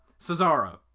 Cesaro